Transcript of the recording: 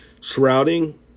shrouding